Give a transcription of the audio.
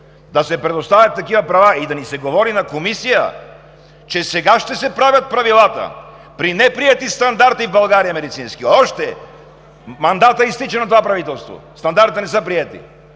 да се предоставят такива права и да ни се говори на Комисия, че сега ще се правят правилата при неприети медицински стандарти в България и още мандатът изтича на това правителство, стандартите не са приети.